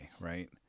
right